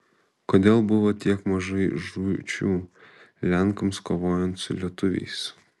kodėl buvo tiek mažai žūčių lenkams kovojant su lietuviais